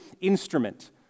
instrument